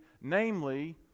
namely